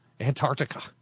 Antarctica